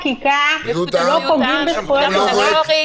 אבל גם בהפעלה צריך להיכנס לפרטים.